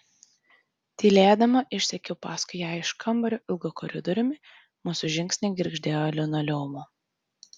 tylėdama išsekiau paskui ją iš kambario ilgu koridoriumi mūsų žingsniai girgždėjo linoleumu